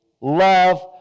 love